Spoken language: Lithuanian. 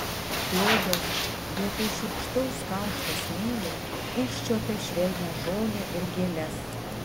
pėdos vietoj šiurkštaus karšto smėlio užčiuopė švelnią žolę ir gėles